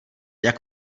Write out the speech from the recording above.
jak